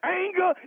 anger